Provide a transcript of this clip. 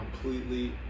completely